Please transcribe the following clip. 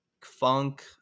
Funk